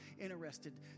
interested